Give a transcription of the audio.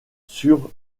sur